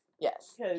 yes